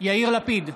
יאיר לפיד,